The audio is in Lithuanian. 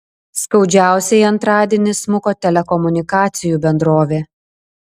skaudžiausiai antradienį smuko telekomunikacijų bendrovė